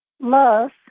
Love